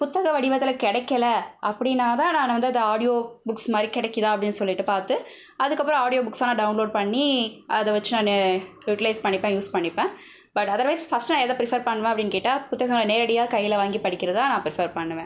புத்தக வடிவத்தில் கிடைக்கல அப்படின்னா தான் நான் வந்து அதை ஆடியோ புக்ஸ் மாதிரி கிடைக்கு தான் அப்படினு சொல்லிட்டு பார்த்து அதுக்கப்புறம் ஆடியோ புக்ஸா நான் டவுன்லோட் பண்ணி அதை வச்சு நானு யுட்லைஸ் பண்ணிப்பேன் யூஸ் பண்ணிப்பேன் பட் அதர்வைஸ் ஃபஸ்ட்டு நான் எதை பிரிஃபர் பண்ணுவேன் அப்படினு கேட்டால் புத்தகங்களை நேரடியாக கையில் வாங்கி படிக்கிறத தான் நான் பிரிஃபர் பண்ணுவேன்